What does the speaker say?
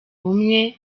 bumwe